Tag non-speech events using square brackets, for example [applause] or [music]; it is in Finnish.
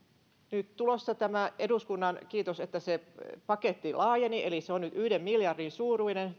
nyt tulossa tämä eduskunnan tukipaketti kiitos että se paketti laajeni eli se on nyt yhden miljardin suuruinen [unintelligible]